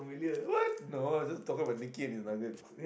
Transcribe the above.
what no I just talking about Nicky and his nuggets